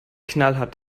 knallhart